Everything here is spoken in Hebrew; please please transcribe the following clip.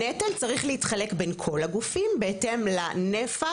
הנטל צריך להתחלק בין כל הגופי, בהתאם לנפח.